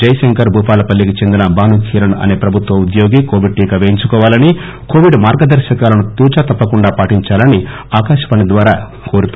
జైశంకర్ భూపాల పల్లికి చెందిన భానుకిరణ్ అనే ప్రభుత్వ ఉద్యోగి కోవిడ్ టీకా పేయించుకోవాలని కోవిడ్ మార్గదర్శకాలను తూచాతప్పకుండా పాటించాలని ఆకాశవాణి ద్యారా కోరుతూ